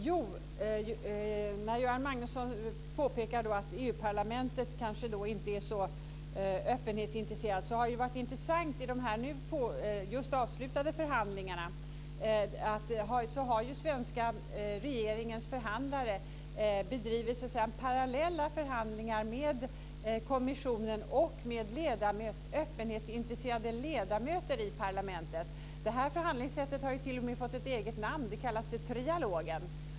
Fru talman! Göran Magnusson påpekar att EU parlamentet kanske inte är så öppenhetsintresserat. Något som har varit intressant i de just avslutade förhandlingarna är att den svenska regeringens förhandlare har bedrivit parallella förhandlingar med kommissionen och med öppenhetsintresserade ledamöter i parlamentet. Det här förhandlingssättet har t.o.m. fått ett eget namn. Det kallas för trialogen.